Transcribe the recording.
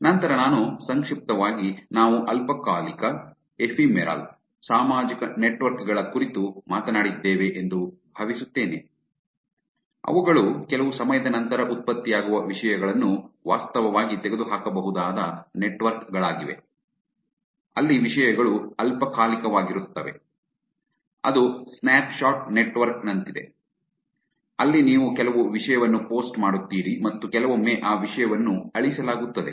ನಂತರ ನಾನು ಸಂಕ್ಷಿಪ್ತವಾಗಿ ನಾವು ಅಲ್ಪಕಾಲಿಕ ಎಫೆಮೆರಾಲ್ ephemeral ಸಾಮಾಜಿಕ ನೆಟ್ವರ್ಕ್ ಗಳ ಕುರಿತು ಮಾತನಾಡಿದ್ದೇವೆ ಎಂದು ಭಾವಿಸುತ್ತೇನೆ ಅವುಗಳು ಕೆಲವು ಸಮಯದ ನಂತರ ಉತ್ಪತ್ತಿಯಾಗುವ ವಿಷಯಗಳನ್ನು ವಾಸ್ತವವಾಗಿ ತೆಗೆದುಹಾಕಬಹುದಾದ ನೆಟ್ವರ್ಕ್ ಗಳಾಗಿವೆ ಅಲ್ಲಿ ವಿಷಯಗಳು ಅಲ್ಪಕಾಲಿಕವಾಗಿರುತ್ತವೆ ಅದು ಸ್ನ್ಯಾಪ್ಶಾಟ್ ನೆಟ್ವರ್ಕ್ ನಂತಿದೆ ಅಲ್ಲಿ ನೀವು ಕೆಲವು ವಿಷಯವನ್ನು ಪೋಸ್ಟ್ ಮಾಡುತ್ತೀರಿ ಮತ್ತು ಕೆಲವೊಮ್ಮೆ ಆ ವಿಷಯವನ್ನು ಅಳಿಸಲಾಗುತ್ತದೆ